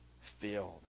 filled